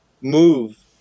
move